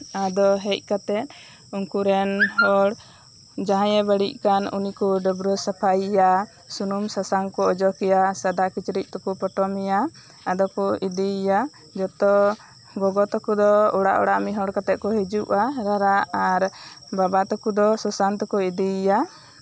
ᱟᱫᱚ ᱦᱮᱡ ᱠᱟᱛᱮᱜ ᱩᱱᱠᱩ ᱨᱮᱱ ᱦᱚᱲ ᱡᱟᱦᱟᱸᱭᱮ ᱵᱟᱹᱲᱤᱡ ᱠᱟᱱ ᱩᱱᱤ ᱠᱚ ᱰᱟᱹᱵᱽᱨᱟᱹ ᱥᱟᱯᱷᱟᱭᱮᱭᱟ ᱥᱩᱱᱩᱢ ᱥᱟᱥᱟᱝ ᱠᱚ ᱚᱡᱚᱜ ᱜᱮᱭᱟ ᱥᱟᱫᱟ ᱠᱤᱪᱨᱤᱪ ᱛᱮᱠᱚ ᱯᱚᱴᱚᱢᱮᱭᱟ ᱟᱫᱚ ᱠᱚ ᱤᱫᱤᱭᱮᱭᱟ ᱡᱚᱛᱚ ᱜᱚᱜᱚ ᱛᱟᱠᱚ ᱫᱚ ᱚᱲᱟᱜ ᱢᱤᱫ ᱦᱚᱲ ᱠᱟᱛᱮᱜ ᱠᱚ ᱦᱤᱡᱩᱜᱼᱟ ᱨᱟᱨᱟᱜ ᱟᱨ ᱵᱟᱵᱟ ᱛᱟᱠᱚ ᱫᱚ ᱥᱚᱥᱟᱱ ᱛᱮᱠᱚ ᱤᱫᱤᱭᱮᱭᱟ